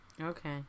Okay